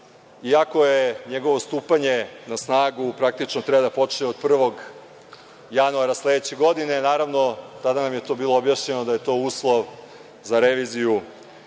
iako njegovo stupanje na snagu praktično treba da počne od 1. januara sledeće godine. Naravno, tada nam je to bilo objašnjeno da je to uslov za reviziju